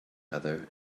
other